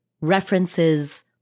references